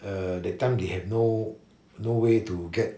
err that time they had no no way to get